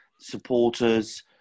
supporters